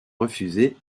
refusé